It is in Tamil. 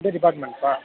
எந்த டிபார்ட்மெண்ட்பா